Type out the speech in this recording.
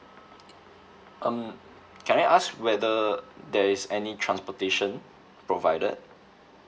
um can I ask whether there is any transportation provided